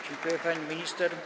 Dziękuję, pani minister.